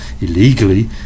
illegally